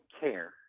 care